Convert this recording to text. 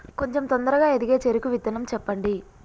కొంచం తొందరగా ఎదిగే చెరుకు విత్తనం చెప్పండి?